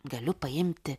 galiu paimti